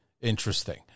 interesting